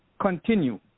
continue